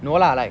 no lah like